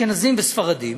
אשכנזים וספרדים,